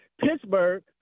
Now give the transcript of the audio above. Pittsburgh